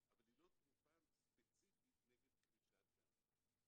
אבל היא לא תרופה ספציפית נגד קרישת דם.